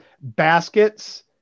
baskets